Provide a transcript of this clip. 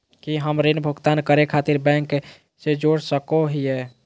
की हम ऋण भुगतान करे खातिर बैंक से जोड़ सको हियै?